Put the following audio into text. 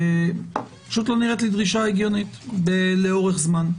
פשוט לא נראית לי דרישה הגיונית לאורך זמן.